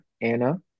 Anna